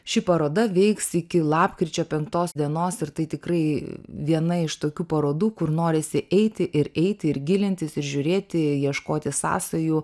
ši paroda veiks iki lapkričio penktos dienos ir tai tikrai viena iš tokių parodų kur norisi eiti ir eiti ir gilintis ir žiūrėti ieškoti sąsajų